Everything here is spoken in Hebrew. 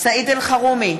סעיד אלחרומי,